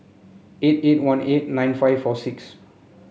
eight eight one eight nine five four six